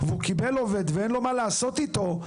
והוא מקבל עובד ואין לו מה לעשות אתו,